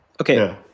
okay